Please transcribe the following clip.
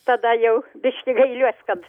tada jau biškį gailiuos kad